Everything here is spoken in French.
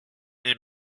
est